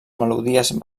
melodies